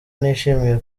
nishimiye